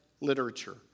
literature